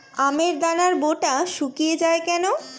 আমের দানার বোঁটা শুকিয়ে য়ায় কেন?